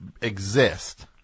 exist